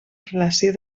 relació